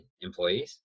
employees